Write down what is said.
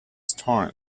storm